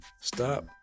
Stop